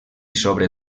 sobre